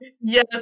Yes